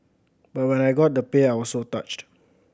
but when I got the pay I was so touched